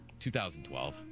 2012